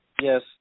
yes